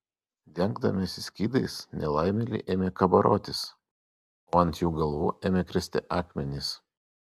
dengdamiesi skydais nelaimėliai ėmė kabarotis o ant jų galvų ėmė kristi akmenys